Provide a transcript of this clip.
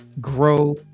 grow